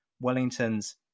Wellington's